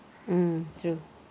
mm true